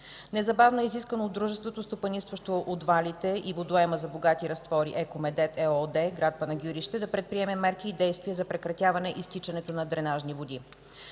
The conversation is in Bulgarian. Незабавно е изискано от дружеството стопанисващо отвалите и водоема за „богати разтвори” – „Еко медет” ЕООД, град Панагюрище, да предприеме мерки и действия за прекратяване изтичането на дренажни води.